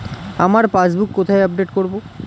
আমার পাসবুক কোথায় আপডেট করব?